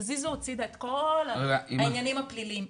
תזיזו הצידה את כל העניינים הפליליים.